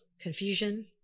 confusion